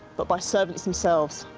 but by servants themselves.